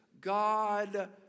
God